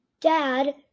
dad